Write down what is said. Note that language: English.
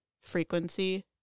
frequency